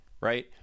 right